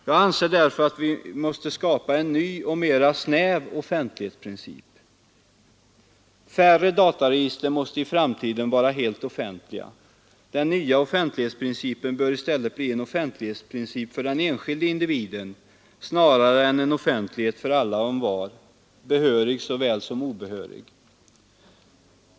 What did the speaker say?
Jag anser att vi måste skapa en ny och snävare offentlighetsprincip. Färre dataregister måste i framtiden vara helt offentliga. Den nya offentlighetsprincipen bör bli en offentlighetsprincip för den enskilde individen snarare än för alla och envar, behörig såväl som obehörig.